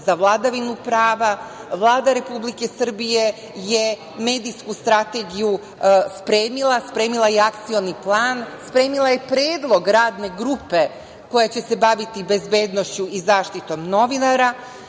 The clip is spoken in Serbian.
za vladavinu prava. Vlada Republike Srbije je medijsku strategiju spremila, spremila je Akcioni plan, spremila je Predlog radne grupe koja će se baviti bezbednošću i zaštitom novinara.